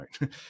right